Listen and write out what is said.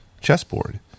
chessboard